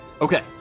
Okay